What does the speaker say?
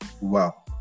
Wow